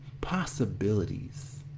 possibilities